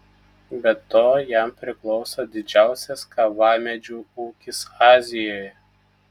be to jam priklauso didžiausias kavamedžių ūkis azijoje